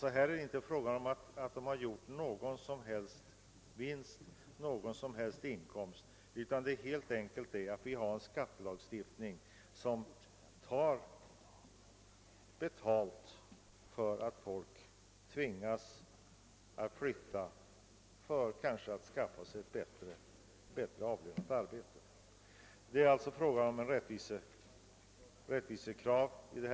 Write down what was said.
Han har inte gjort någon som helst vinst och inte fått någon som helst inkomst, men skattelagstiftningen innebär att folk som tvingas flytta för att kanske skaffa sig ett bättre avlönat arbete helt enkelt måste betala skatt för det.